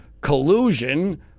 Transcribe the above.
collusion